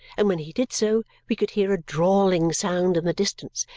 and when he did so, we could hear a drawling sound in the distance,